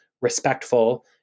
respectful